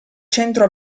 centro